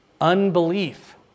Unbelief